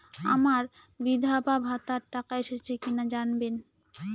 আমার বিধবাভাতার টাকা এসেছে কিনা জানাবেন?